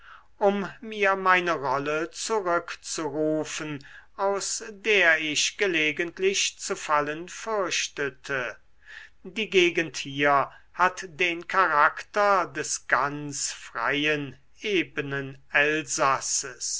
um mir meine rolle zurückzurufen aus der ich gelegentlich zu fallen fürchtete die gegend hier hat den charakter des ganz freien ebenen elsasses